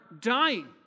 dying